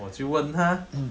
我就问他